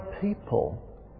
people